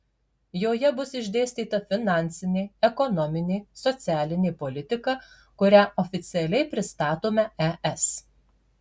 joje bus išdėstyta finansinė ekonominė socialinė politika kurią oficialiai pristatome es